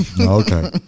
Okay